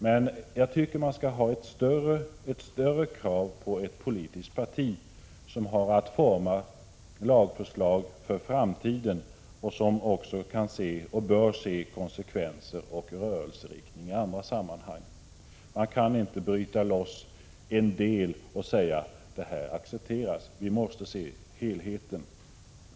Man bör dock ställa större krav på ett politiskt parti, som har att forma lagförslag för framtiden och också kan och bör se konsekvenser och rörelseriktningar i andra sammanhang. Det går inte att bryta loss en del och säga att den accepteras— man måste se helheten.